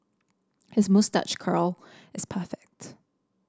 his moustache curl is perfect